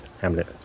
Hamlet